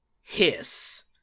Hiss